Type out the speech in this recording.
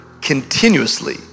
continuously